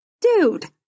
Dude